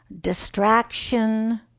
distraction